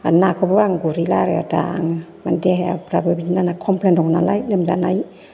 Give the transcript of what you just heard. आरो नाखौबो आं गुरहैला आरो दा आङो देहाफ्राबो बिदिनो खमफ्लेन दङ नालाय लोमजानाय